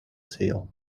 sale